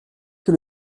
que